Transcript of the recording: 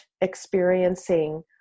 experiencing